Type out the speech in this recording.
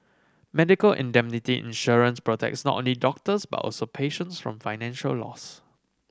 medical indemnity insurance protects not only doctors but also patients from financial loss